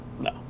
No